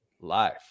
life